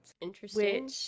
Interesting